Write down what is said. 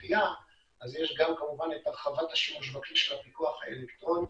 יש גם כמובן את הרחבת השימוש בכלי של הפיקוח האלקטרוני,